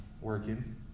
working